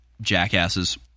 jackasses